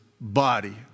body